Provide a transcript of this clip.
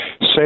say